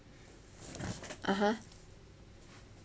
(uh huh)